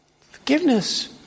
Forgiveness